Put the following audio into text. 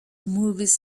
movies